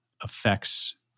affects